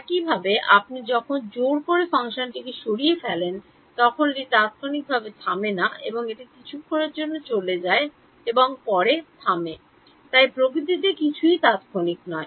একইভাবে আপনি যখন জোর করে ফাংশনটি সরিয়ে ফেলেন তখন এটি তাত্ক্ষণিকভাবে থামে না এবং এটি কিছুক্ষণের জন্য যায় এবং পরে ডান থামে তাই প্রকৃতিতে কিছুই তাত্ক্ষণিক নয়